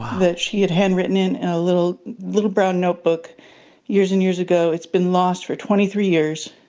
that she had handwritten in in a little little brown notebook years and years ago. it's been lost for twenty three years.